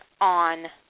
on